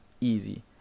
easy